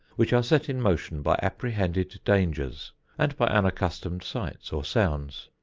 which are set in motion by apprehended dangers and by unaccustomed sights or sounds.